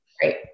Great